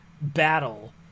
battle